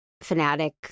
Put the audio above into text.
fanatic